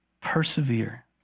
persevere